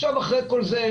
אחרי כל זה,